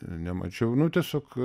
nemačiau nu tiesiog